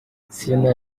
sina